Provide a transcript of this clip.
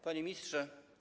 Panie Ministrze!